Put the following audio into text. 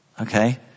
Okay